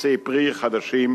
עצי פרי חדשים,